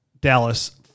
Dallas